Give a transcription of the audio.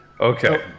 Okay